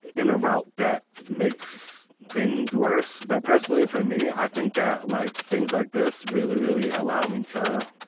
in a route that makes things worse, but personally for me, i think that like things like this really, really allow me to